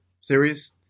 series